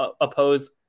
oppose